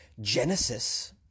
Genesis